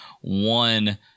one